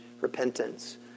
repentance